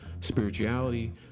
spirituality